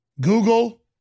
Google